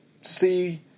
see